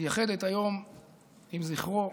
מתייחדת היום עם זכרו,